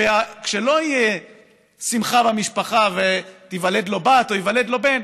כשלו תהיה שמחה במשפחה ותיוולד לו בת או ייוולד לו בן,